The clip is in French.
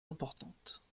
importante